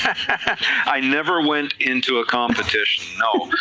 i never went into a competition no,